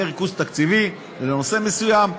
יהיה ריכוז תקציבי לנושא מסוים,